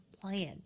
plan